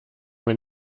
wenn